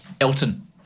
Elton